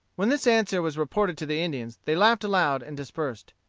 when this answer was reported to the indians they laughed aloud and dispersed.